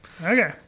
Okay